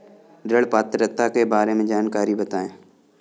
ऋण पात्रता के बारे में जानकारी बताएँ?